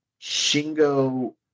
Shingo